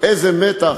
איזה מתח,